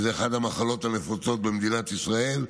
שהוא אחת המחלות הנפוצות במדינת ישראל.